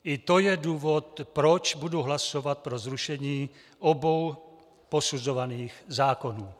I to je důvod, proč budu hlasovat pro zrušení obou posuzovaných zákonů.